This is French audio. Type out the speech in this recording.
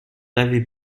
avais